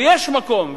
ויש מקום,